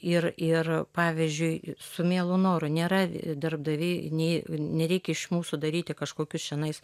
ir ir pavyzdžiui su mielu noru nėra darbdaviai nei nereikia iš mūsų daryti kažkokius čionais